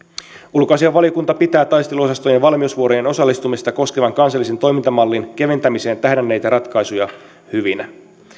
ulkoasiainvaliokunta pitää taisteluosastojen valmiusvuoroihin osallistumista koskevan kansallisen toimintamallin keventämiseen tähdänneitä ratkaisuja hyvinä